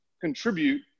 contribute